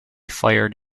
fired